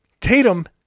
Tatum